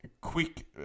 Quick